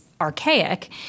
archaic